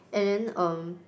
and then um